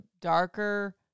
darker